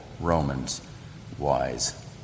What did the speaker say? Romans-wise